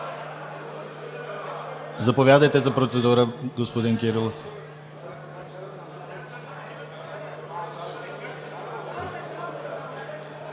Заповядайте за процедура, господин Кирилов.